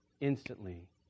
Instantly